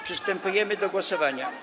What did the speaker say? Przystępujemy do głosowania.